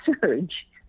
surge